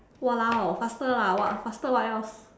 !walao! faster lah what faster what else